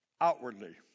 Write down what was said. outwardly